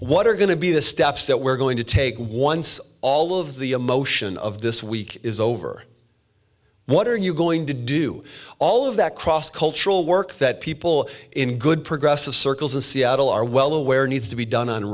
what are going to be the steps that we're going to take once all of the emotion of this week is over what are you going to do all of that cross cultural work that people in good progressive circles in seattle are well aware needs to be done on